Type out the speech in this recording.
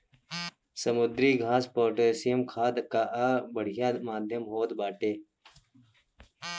समुद्री घास पोटैशियम खाद कअ बढ़िया माध्यम होत बाटे